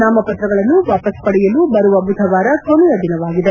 ನಾಮಪತ್ರಗಳನ್ನು ವಾಪಸ್ ಪಡೆಯಲು ಬರುವ ಬುಧವಾರ ಕೊನೆಯ ದಿನವಾಗಿದೆ